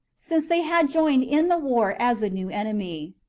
since they had joined in the war as a new enemy.